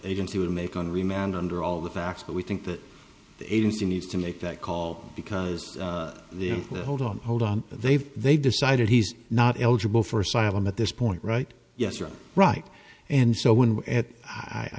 agency would make on remand under all the facts but we think that the agency needs to make that call because the hold on hold on they've they've decided he's not eligible for asylum at this point right yes you're right and so when i